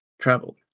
travel